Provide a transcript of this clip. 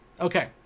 Okay